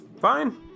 fine